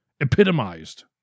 epitomized